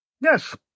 Yes